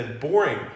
boring